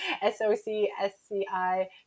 s-o-c-s-c-i